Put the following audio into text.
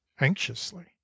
anxiously